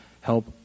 help